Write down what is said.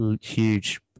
huge